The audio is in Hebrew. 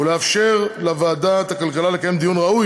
ולאפשר לוועדת הכלכלה לקיים דיון ראוי